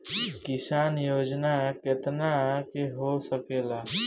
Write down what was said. किसान योजना कितना के हो सकेला?